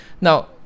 now